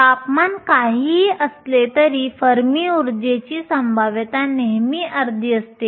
तापमान काहीही असले तरी फर्मी ऊर्जेची संभाव्यता नेहमी अर्धी असते